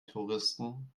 touristen